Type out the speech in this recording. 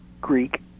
Greek